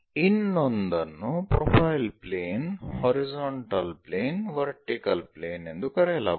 ಇನ್ನೊಂದನ್ನು profile plane horizontal plane vertical plane ಎಂದು ಕರೆಯಲಾಗುತ್ತದೆ